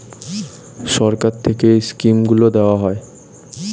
সরকার থেকে এই স্কিমগুলো দেওয়া হয়